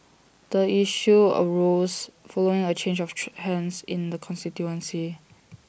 the issue arose following A change of true hands in the constituency